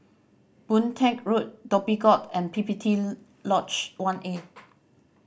Boon Teck Road Dhoby Ghaut and P P T Lodge One A